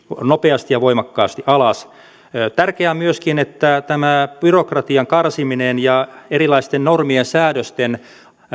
nopeasti ja voimakkaasti alas tärkeää on myöskin että byrokratian karsiminen ja erilaisten normien ja säädösten